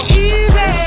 easy